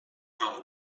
tal